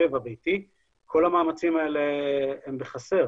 המחשב הביתי, כל המאמצים האלה הם בחסר.